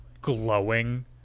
glowing